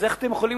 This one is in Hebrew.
אז איך אתם יכולים